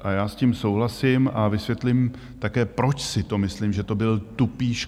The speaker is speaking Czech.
A já s tím souhlasím a vysvětlím také, proč si to myslím, že to byl tupý škrt.